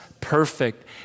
perfect